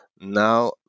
Now